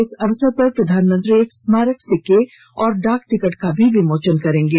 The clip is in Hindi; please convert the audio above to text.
इस अवसर पर प्रधानमंत्री एक स्मारक सिक्के और डाक टिकट का भी विमोचन करेंगे